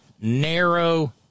narrow